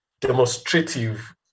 demonstrative